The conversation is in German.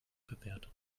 bewertet